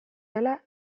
dela